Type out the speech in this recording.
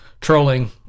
trolling